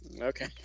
Okay